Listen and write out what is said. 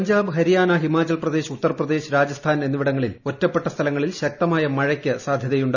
പഞ്ചാബ് ഹരിയാന ഹിമാചൽ പ്രദേശ് ഉത്തർ പ്രദേശ് രാജസ്ഥാൻ എന്നിടങ്ങളിൽ ഒറ്റപ്പെട്ട സ്ഥലങ്ങളിൽ ശക്തമായ മഴക്ക് സാധ്യതയുണ്ട്